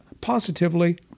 positively